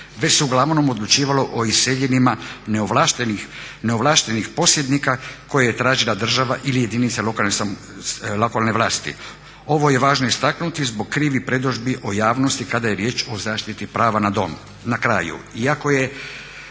već se uglavnom odlučivalo o iseljenima neovlaštenih posjednika koje je tražila država ili jedinice lokalne vlasti. Ovo je važno istaknuti zbog krivih predodžbi javnosti kada je riječ o zaštiti prava na dom. Na kraju,